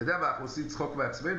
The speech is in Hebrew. אנחנו עושים צחוק מעצמנו?